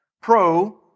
pro